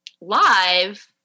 live